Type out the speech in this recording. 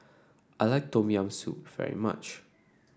I like Tom Yam Soup very much